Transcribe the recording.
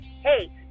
hey